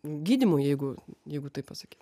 gydymui jeigu jeigu taip pasakyt